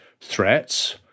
threats